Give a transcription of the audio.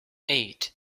eight